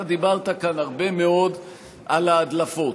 אתה דיברת כאן הרבה מאוד על ההדלפות,